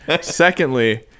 Secondly